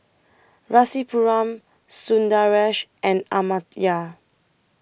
Rasipuram Sundaresh and Amartya